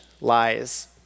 lies